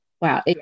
Wow